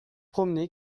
promener